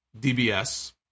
DBS